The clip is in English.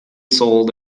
sold